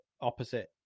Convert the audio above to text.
opposite